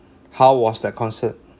how was that concert